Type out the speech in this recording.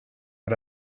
out